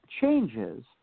changes